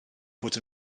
bod